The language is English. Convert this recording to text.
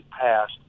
passed